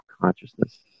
consciousness